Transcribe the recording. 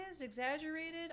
exaggerated